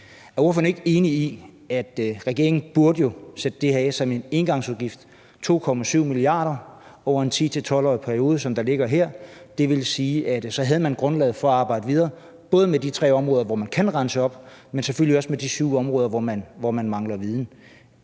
Er ordføreren ikke enig i, at regeringen burde sætte de 2,7 mia. kr. af som en engangsudgift over en periode på 10-12 år, sådan som det ligger her? For så har man grundlaget for at arbejde videre, både med de tre områder, hvor man kan rense op, men selvfølgelig også med de syv områder, hvor man mangler viden.